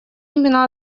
именно